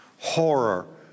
Horror